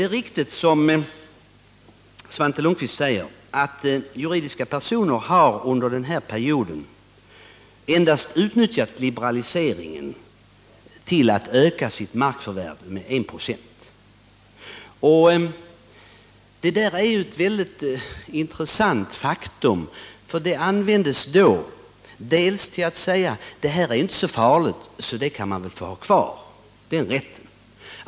Det är riktigt som Svante Lundkvist säger att juridiska personer har utnyttjat liberaliseringen till att under den här perioden öka sitt markförvärv med endast 1 46. Detta är ett mycket intressant faktum, för det används som argument bl.a. när man säger: Det verkar ju inte så farligt, så den här rätten kan man väl få ha kvar.